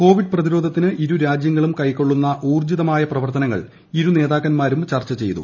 Covid പ്രതിരോധത്തിന് ഇരുരാജ്യങ്ങളും കൈക്കൊള്ളുന്ന ഊർജ്ജിതമായ പ്രവർത്തനങ്ങൾ ഇരുനേതാക്കന്മാരും ചർച്ച ചെയ്തു